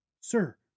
Sir